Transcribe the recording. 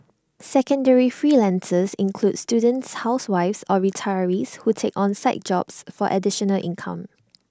secondary freelancers include students housewives or retirees who take on side jobs for additional income